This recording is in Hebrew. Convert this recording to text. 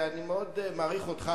אני מאוד מעריך אותך,